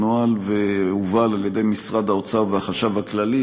והוא נוהל והובל על-ידי משרד האוצר והחשב הכללי.